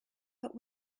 but